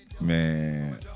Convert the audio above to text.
Man